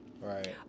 Right